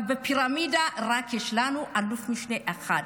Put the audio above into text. אבל יש לנו בפירמידה רק אלוף משנה אחד.